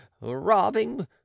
robbing